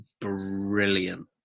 brilliant